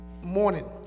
morning